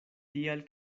tial